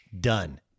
Done